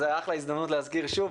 אז זה אחלה הזדמנות להזכיר שוב.